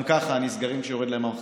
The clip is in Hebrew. גם ככה הם נסגרים כשיורדים להם המחזורים.